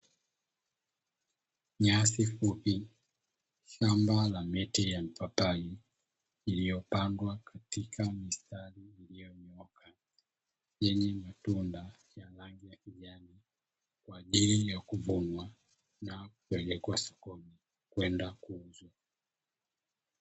Nyasi fupi shamba la miti ya mapapai iliyopandwa katika mistari iliyonyooka yenye matunda ya rangi ya kijani, kwa ajili ya kuvunwa na kupelekwa sokoni kwenda kuuzwa.